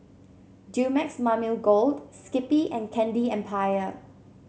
Dumex Mamil Gold Skippy and Candy Empire